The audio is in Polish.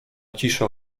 cisza